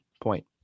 point